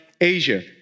Asia